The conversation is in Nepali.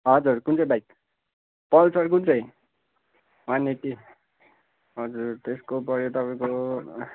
हजुर कुन चाहिँ बाइक पल्सर कुन चाहिँ वान एट्टी हजुर त्यसको पऱ्यो तपाईँको